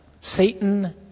Satan